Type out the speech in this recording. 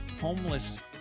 homeless